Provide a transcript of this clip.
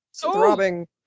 throbbing